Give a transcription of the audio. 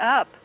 up